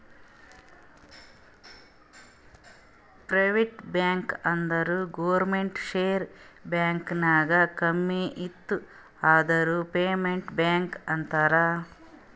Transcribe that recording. private bank ಅಂದುರ್ ಗೌರ್ಮೆಂಟ್ದು share bank ನಾಗ್ ಕಮ್ಮಿ ಇತ್ತು ಅಂದುರ್ ಪ್ರೈವೇಟ್ ಬ್ಯಾಂಕ್ ಅಂತಾರ್